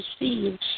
receive